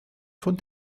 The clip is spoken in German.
von